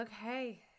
okay